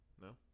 No